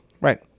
Right